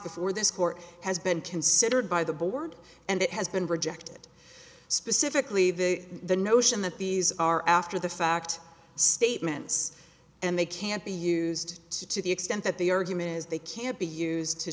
before this court has been considered by the board and it has been rejected specifically the the notion that these are after the fact statements and they can't be used to the extent that the argument is they can't be used to